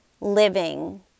living